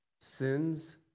Sin's